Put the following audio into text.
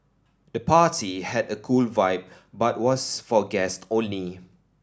the party had a cool vibe but was for guest only